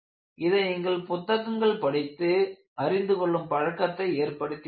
இதை நீங்கள் புத்தகங்கள் படித்து அறிந்து கொள்ளும் பழக்கத்தை ஏற்படுத்திக் கொள்ளுங்கள்